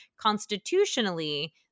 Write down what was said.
constitutionally